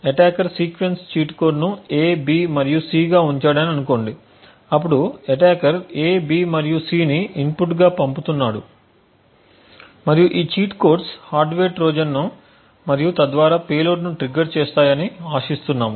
attacker sequence cheat కోడ్ను A B మరియు C గా ఉంచాడని అనుకోండి ఇప్పుడు అటాకర్ A B మరియు C ని ఇన్పుట్గా పంపుతున్నాడు మరియు ఈ చీట్ కోడ్స్ హార్డ్వేర్ ట్రోజన్ను మరియు తద్వారా పేలోడ్ను ట్రిగ్గర్ చేస్తాయని ఆశిస్తున్నాము